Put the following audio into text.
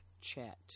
chat